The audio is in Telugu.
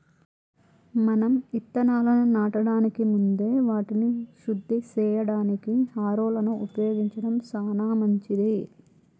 మనం ఇత్తనాలను నాటడానికి ముందే వాటిని శుద్ది సేయడానికి హారొలను ఉపయోగించడం సాన మంచిది